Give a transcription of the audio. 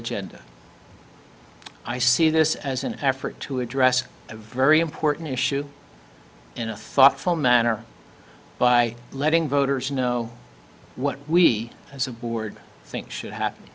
agenda i see this as an effort to address a very important issue in a thoughtful manner by letting voters know what we as a board think should happen